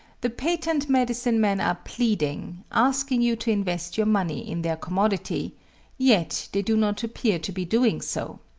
the patent medicine men are pleading asking you to invest your money in their commodity yet they do not appear to be doing so.